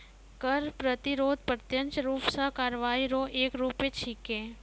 कर प्रतिरोध प्रत्यक्ष रूप सं कार्रवाई रो एक रूप छिकै